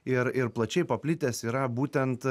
ir ir plačiai paplitęs yra būtent